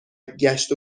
گشت